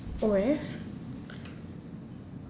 where